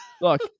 look